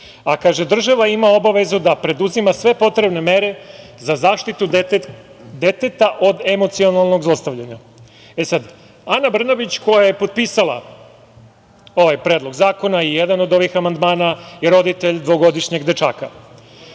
države, a država ima obavezu da preduzima sve potrebne mere za zaštitu deteta od emocionalnog zlostavljanja.“Ana Brnabić koja je potpisala ovaj predlog zakona i jedan od ovih amandmana je roditelj dvogodišnjeg dečaka.